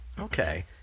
Okay